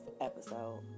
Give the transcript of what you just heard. episode